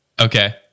Okay